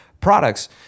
products